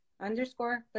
underscore